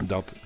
Dat